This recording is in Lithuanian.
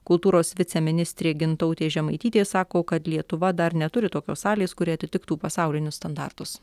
kultūros viceministrė gintautė žemaitytė sako kad lietuva dar neturi tokios salės kuri atitiktų pasaulinius standartus